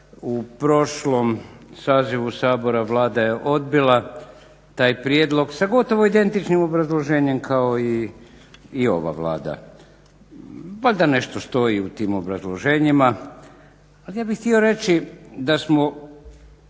U prošlom sazivu Sabora Vlada je odbila taj prijedlog sa gotovo identičnim obrazloženjem kao i ova Vlada. Valjda nešto stoji u tim obrazloženjima, ali ja bih htio reći da smo